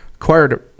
Acquired